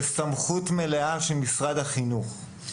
בסמכות מלאה של משרד החינוך.